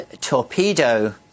torpedo